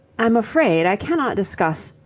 i'm afraid i cannot discuss.